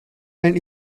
and